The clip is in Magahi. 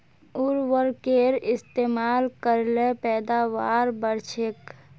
उर्वरकेर इस्तेमाल कर ल पैदावार बढ़छेक